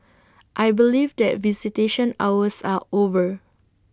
I believe that visitation hours are over